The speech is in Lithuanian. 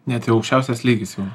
ne tai aukščiausias lygis jau